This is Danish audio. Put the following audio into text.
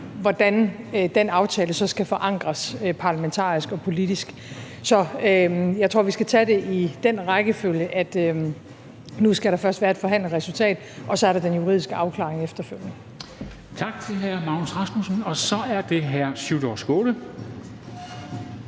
hvordan den aftale skal forankres parlamentarisk og politisk. Så jeg tror, vi skal tage det i den rækkefølge, at nu skal der først være forhandlet et resultat, og så er der den juridiske afklaring efterfølgende. Kl. 13:22 Formanden (Henrik